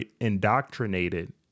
indoctrinated